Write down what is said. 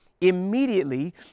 immediately